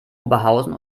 oberhausen